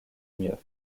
mieux